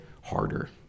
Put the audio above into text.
harder